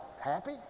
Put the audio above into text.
happy